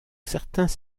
certains